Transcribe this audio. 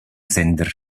sender